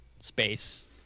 space